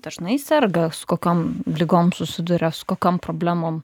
dažnai serga su kokiom ligom susiduria su kokiom problemom